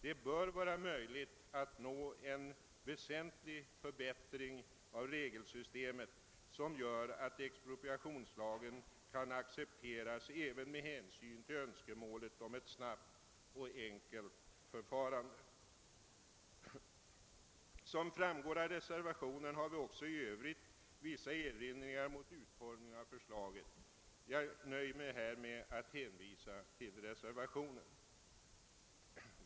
Det bör vara möjligt att nå en väsentlig förbättring av regelsystemet som gör att expropriationslagen kan accepteras även med hänsyn till önskemålen om ett snabbt och enkelt förfarande. Som framgår av reservationen har vi också i övrigt vissa erinringar mot utformningen av förslaget. Jag nöjer mig här med att hänvisa till reservationen.